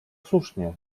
słusznie